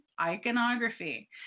iconography